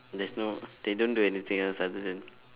there's no they don't do anything else other than